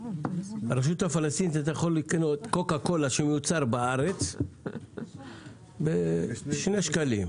ברשות הפלסטינית אתה יכול לקנות קוקה קולה שיוצר בארץ בשני שקלים.